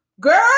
Girl